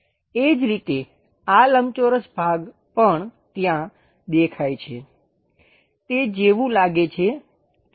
એ જ રીતે આ લંબચોરસ ભાગ પણ ત્યાં દેખાય છે તે જેવું લાગે છે તેવું છે